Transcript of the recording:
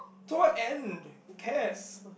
so whatever who cares